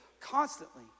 constantly